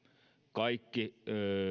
kaikki